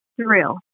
Surreal